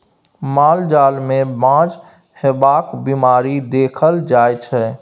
माल जाल मे बाँझ हेबाक बीमारी देखल जाइ छै